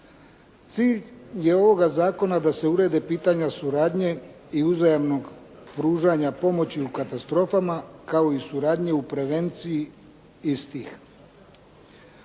Cilj je ovoga zakona da se urede pitanja suradnje i uzajamnog pružanja pomoći u katastrofama kao i suradnje u prevenciji istih.